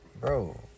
Bro